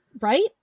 Right